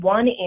One